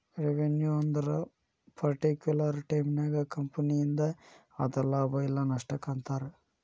revenue ಅಂದ್ರ particular ಟೈಮನ್ಯಾಗ ಕಂಪನಿಯಿಂದ ಆದ ಲಾಭ ಇಲ್ಲ ನಷ್ಟಕ್ಕ ಅಂತಾರ